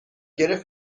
گرفت